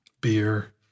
Beer